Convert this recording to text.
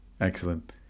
excellent